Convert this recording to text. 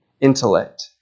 intellect